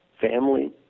Family